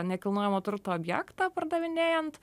nekilnojamo turto objektą pardavinėjant